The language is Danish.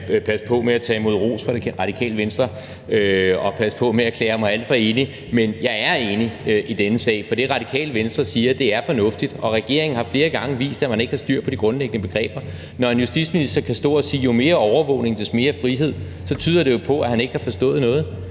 jeg jo passe på med at tage imod ros fra Det Radikale Venstre og passe på med at erklære mig alt for enig, men jeg er enig i denne sag, for det, Radikale Venstre siger, er fornuftigt, og regeringen har flere gange vist, at man ikke har styr på de grundlæggende begreber. Når en justitsminister kan stå og sige, at jo mere overvågning man har, des mere frihed har man, så tyder det jo på, at han ikke har forstået noget.